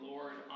Lord